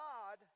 God